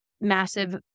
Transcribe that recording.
massive